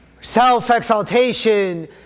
Self-exaltation